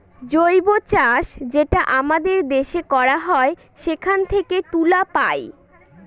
জৈব চাষ যেটা আমাদের দেশে করা হয় সেখান থেকে তুলা পায়